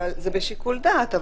זה בשיקול דעת.